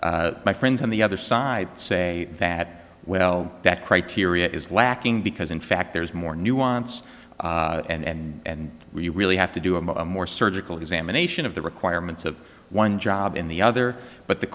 and my friends on the other side say that well that criteria is lacking because in fact there's more nuance and we really have to do a much more surgical examination of the requirements of one job in the other but the